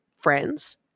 friends